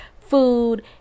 food